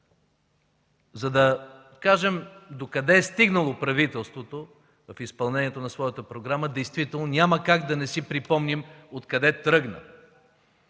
За да кажем докъде е стигнало правителството в изпълнение на своята програма, действително няма как да не си припомним откъде тръгна